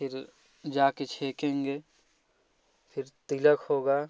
फिर जाके छेकेंगे फिर तिलक होगा